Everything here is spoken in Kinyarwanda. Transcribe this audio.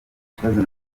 kibazo